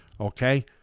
Okay